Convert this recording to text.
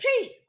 Peace